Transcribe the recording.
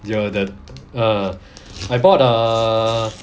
ya that err I bought err